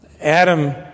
Adam